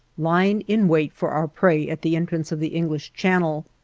lying in wait for our prey at the entrance of the english channel,